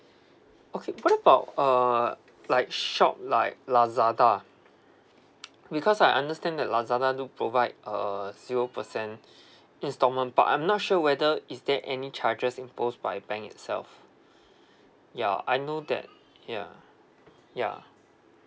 okay what about uh like shop like lazada because I understand that lazada do provide uh zero percent installment but I'm not sure whether is there any charges imposed by bank itself ya I know that yeah yeah